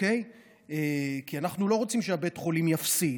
אנחנו לא רוצים שבית החולים יפסיד,